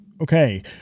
Okay